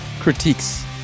critiques